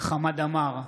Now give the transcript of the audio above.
חמד עמאר,